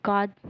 God